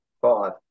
five